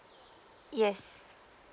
yes